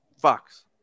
Fox